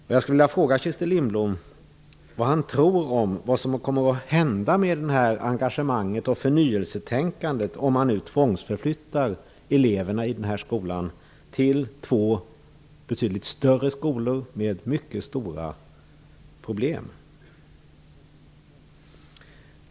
Jag skulle vilja fråga Christer Lindblom vad han tror kommer att hända med engagemanget och förnyelsetänkandet om man nu tvångsförflyttar eleverna i den här skolan till två betydligt större skolor med mycket stora problem.